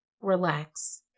relax